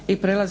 Hvala